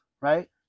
right